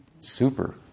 super